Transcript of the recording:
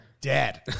dead